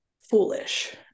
foolish